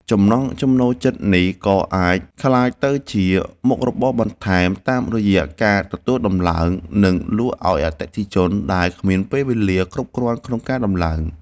ចំណង់ចំណូលចិត្តនេះក៏អាចក្លាយទៅជាមុខរបរបន្ថែមតាមរយៈការទទួលដំឡើង និងលក់អោយអតិថិជនដែលគ្មានពេលវេលាគ្រប់គ្រាន់ក្នុងការដំឡើង។